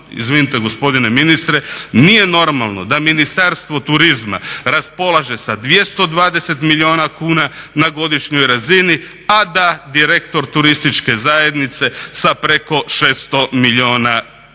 izvinite gospodine ministre nije normalno da Ministarstvo turizma raspolaže sa 220 milijuna kuna na godišnjoj razini, a da direktor turističke zajednice sa preko 600 milijuna kuna.